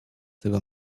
tego